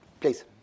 please